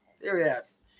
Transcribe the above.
Serious